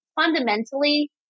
fundamentally